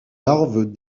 larves